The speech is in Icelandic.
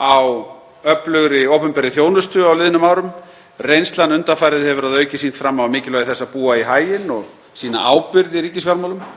á öflugri opinberri þjónustu á liðnum árum. Reynslan undanfarið hefur að auki sýnt fram á mikilvægi þess að búa í haginn og sýna ábyrgð í ríkisfjármálum.